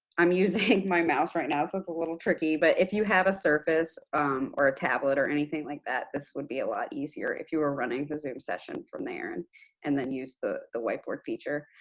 i'm using my mouse right now, so that's a little tricky, but if you have a surface or a tablet or anything like that, this would be a lot easier if you were running the zoom session from there and and then use the the whiteboard feature.